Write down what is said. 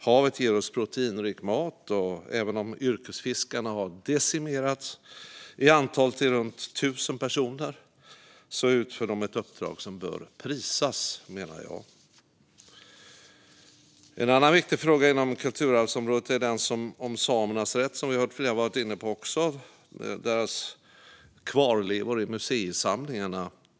Havet ger oss proteinrik mat, och även om yrkesfiskarna har decimerats i antal till runt 1 000 personer utför de ett uppdrag som bör prisas, menar jag. En annan viktig fråga inom kulturarvsområdet som flera här har varit inne på är den om samernas rätt till samiska kvarlevor i museisamlingarna.